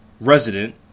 resident